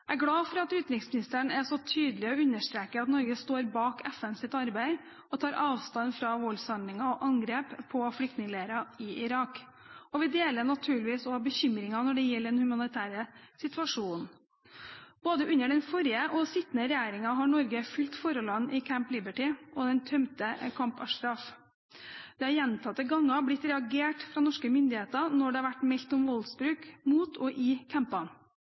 Jeg er glad for at utenriksministeren er så tydelig i å understreke at Norge står bak FNs arbeid og tar avstand fra voldshandlinger og angrep på flyktningleirer i Irak, og vi deler naturligvis også bekymringen når det gjelder den humanitære situasjonen. Både under den forrige og den sittende regjeringen har Norge fulgt forholdene i Camp Liberty og den tømte Camp Ashraf. Det er gjentatte ganger blitt reagert fra norske myndigheter når det har vært meldt om voldsbruk mot og i